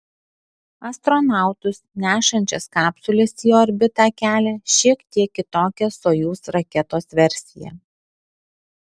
astronautus nešančias kapsules į orbitą kelia šiek tiek kitokia sojuz raketos versija